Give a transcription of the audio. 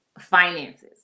finances